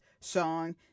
song